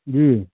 जी